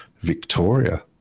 Victoria